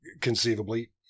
conceivably